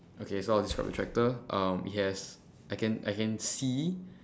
okay so I'll describe the tractor um it has I can I can see